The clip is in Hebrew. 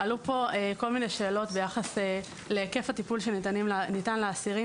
עלו פה כל מיני שאלות ביחס להיקף הטיפול שניתן לאסירים,